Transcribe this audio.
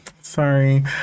sorry